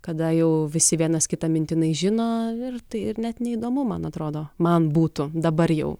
kada jau visi vienas kitą mintinai žino ir tai ir net neįdomu man atrodo man būtų dabar jau